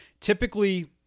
Typically